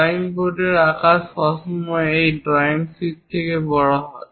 drawing বোর্ডের আকার সবসময় এই ড্রয়িং শীট থেকে বড় হয়